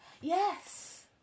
yes